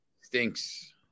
Stinks